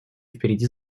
впереди